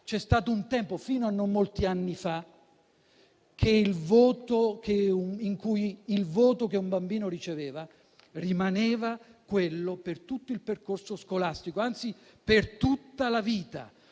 C'è stato un tempo, fino a non molti anni fa, in cui il voto che un bambino riceveva rimaneva quello per tutto il percorso scolastico, anzi per tutta la vita;